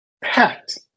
Packed